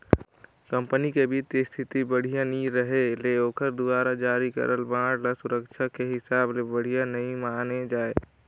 company के बित्तीय इस्थिति बड़िहा नइ रहें ले ओखर दुवारा जारी करल बांड ल सुरक्छा के हिसाब ले बढ़िया नइ माने जाए